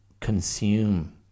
consume